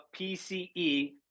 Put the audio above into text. PCE